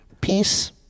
Peace